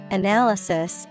analysis